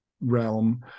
realm